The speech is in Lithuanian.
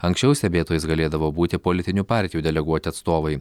anksčiau stebėtojais galėdavo būti politinių partijų deleguoti atstovai